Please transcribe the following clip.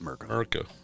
America